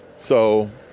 so,